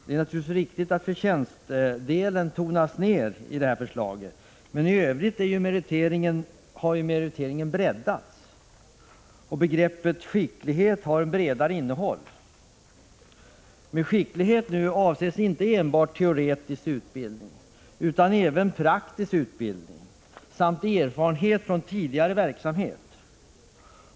Det är naturligtvis riktigt att förtjänstdelen tonas ned i detta förslag. Men i övrigt har meriteringen breddats. Begreppet skicklighet har bredare innehåll. Med skicklighet avses nu inte enbart teoretisk utbildning, utan även praktisk utbildning samt erfarenhet från tidigare verksamhet.